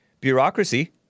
bureaucracy